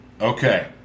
Okay